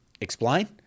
explain